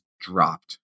dropped